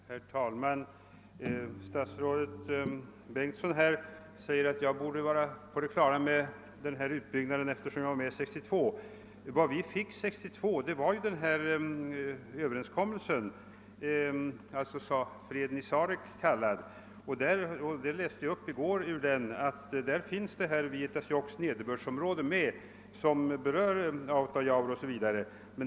Herr talman! Statsrådet Bengtsson säger att jag borde ha känt till denna utbyggnad eftersom jag var med 1962. Vad vi då fick var en överenskommelse — freden i Sarek kallad — som jag i går läste upp ett avsnitt ur. I den överenskommelsen finns Vietasjåkks nederbördsområde med som berör bl.a. Autajaure.